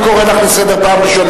אני קורא לך לסדר פעם ראשונה.